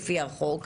לפי החוק,